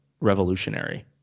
revolutionary